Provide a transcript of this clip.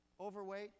overweight